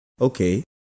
okay